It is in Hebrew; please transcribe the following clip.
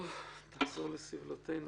נחזור לסבלותינו.